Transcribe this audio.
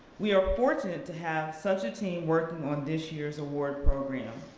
we are fortunate to have such a team working on this year's award program.